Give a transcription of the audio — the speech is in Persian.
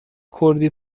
کردی